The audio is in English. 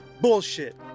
bullshit